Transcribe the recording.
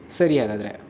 ಸರಿ ಹಾಗಾದರೆ